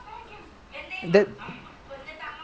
ah two months or three months two months ah